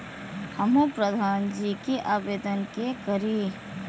हमू प्रधान जी के आवेदन के करी?